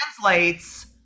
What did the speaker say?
translates